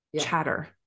chatter